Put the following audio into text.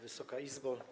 Wysoka Izbo!